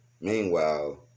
Meanwhile